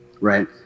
right